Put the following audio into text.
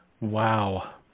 wow